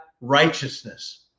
righteousness